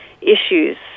issues